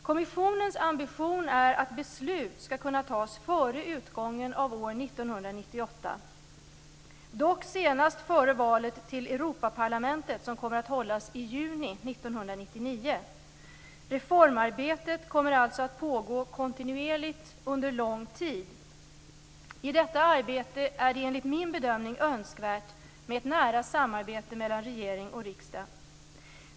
Kommissionens ambition är att beslut skall kunna tas före utgången av år 1998, dock senast före valet till Europaparlamentet, som kommer att hållas i juni 1999. Reformarbetet kommer alltså att pågå kontinuerligt under lång tid. I detta arbete är det enligt min bedömning önskvärt med ett nära samarbete mellan regering och riksdag.